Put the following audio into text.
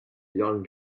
young